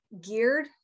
geared